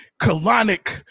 colonic